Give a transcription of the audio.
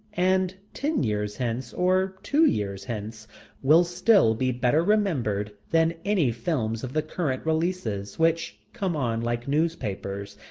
and ten years hence or two years hence will still be better remembered than any films of the current releases, which come on like newspapers,